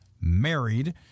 married